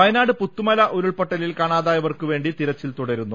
വയനാട് പുത്തുമല ഉരുൾപ്പൊട്ടലിൽ കാണാതായവർക്കു വേണ്ടി തെരച്ചിൽ തുടരുന്നു